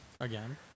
again